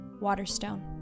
Waterstone